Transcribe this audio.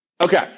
Okay